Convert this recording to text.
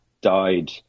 died